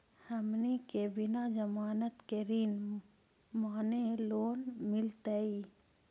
हमनी के बिना जमानत के ऋण माने लोन मिलतई?